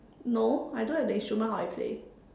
no I don't have the instrument how I play